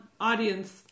audience